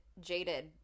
jaded